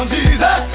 Jesus